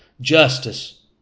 Justice